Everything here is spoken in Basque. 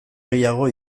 gehiago